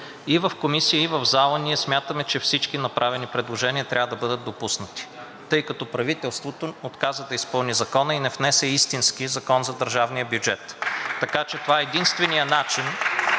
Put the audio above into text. и в Комисията, и в залата. Ние смятаме, че всички направени предложения трябва да бъдат допуснати, тъй като правителство отказа да изпълни Закона и не внесе истински закон за държавния бюджет. (Ръкопляскания от